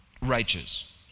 righteous